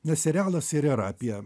nes serialas ir yra apie